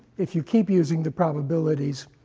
if you keep using the probabilities